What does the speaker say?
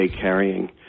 carrying